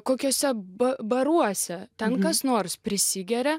kokiuose baruose ten kas nors prisigeria